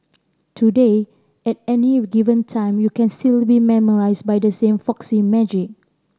today at any given time you can still be memorise by the same folksy magic